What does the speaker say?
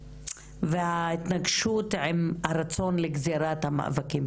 וההתנגשות עם הרצון לגזרת המאבקים,